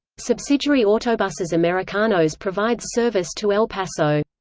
subsidiary autobuses americanos provides service to el paso.